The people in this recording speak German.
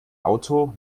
auto